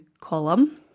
column